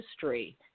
history